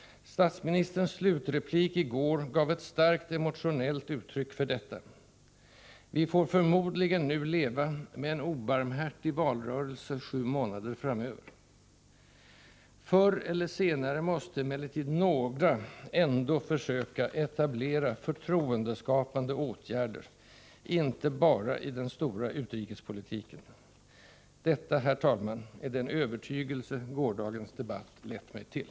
Statsministerns slutreplik i går gav ett starkt emotionellt uttryck för detta. Vi får förmodligen nu leva med en obarmhärtig valrörelse sju månader framöver. Förr eller senare måste emellertid några ändå försöka etablera ”förtroendeskapande åtgärder”, inte bara i den stora utrikespolitiken. Detta, herr talman, är den övertygelse gårdagens debatt lett mig till.